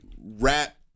rap